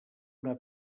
una